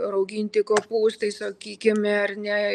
rauginti kopūstai sakykime ar ne